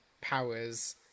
powers